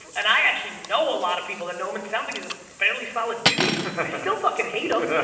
and i actually know a lot of people that know him, and sounds like he's a fairly solid dude. i still fucking hate him.